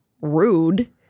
rude